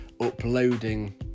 uploading